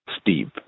steep